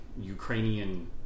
Ukrainian